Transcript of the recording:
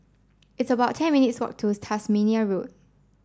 it's about ten minutes' walk to Tasmania Road